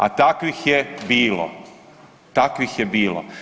A takvih je bilo, takvih je bilo.